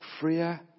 freer